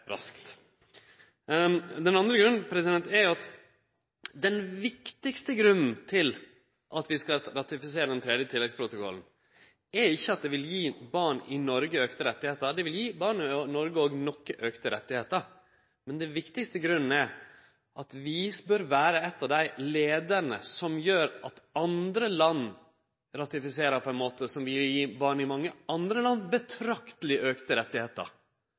raskt. Så den andre grunnen: Den viktigaste grunnen til at vi skal ratifisere den tredje tilleggsprotokollen, er ikkje at det vil gje barn i Noreg økte rettar – det vil riktig nok gje barn i Noreg òg nokre økte rettar – men at vi bør vere leiande på den måten at vi medverkar til at andre land ratifiserer, slik at det i betrakteleg grad vil gje barn i mange andre land